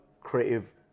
creative